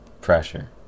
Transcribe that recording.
pressure